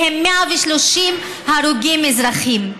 מהם 130 הרוגים אזרחים.